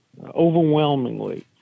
overwhelmingly